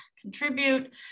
contribute